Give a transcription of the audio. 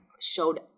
showed